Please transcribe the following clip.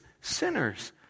sinners